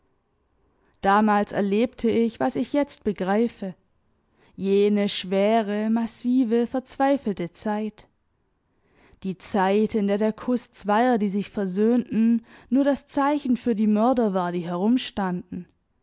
damals erlebte ich was ich jetzt begreife jene schwere massive verzweifelte zeit die zeit in der der kuß zweier die sich versöhnten nur das zeichen für die mörder war die herumstanden